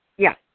Yes